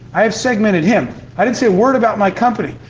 i have segmented him. i didn't say a word about my company,